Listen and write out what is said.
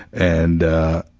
and ah.